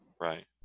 Right